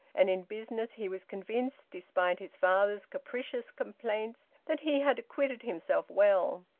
and in business he was convinced, despite his father's capricious complaints, that he had acquitted himself well.